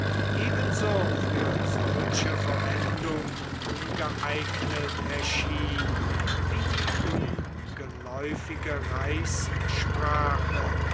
ebenso für solche verwendung ungeeignet erschien wie die ungeläufige